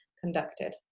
conducted